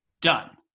done